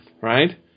right